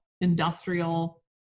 industrial